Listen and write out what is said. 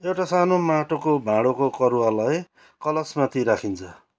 एउटा सानो माटोको भाँडोको करूवालाई कलशमाथि राखिन्छ